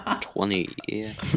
Twenty